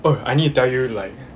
oh I need to tell you like